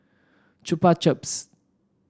Chupa Chups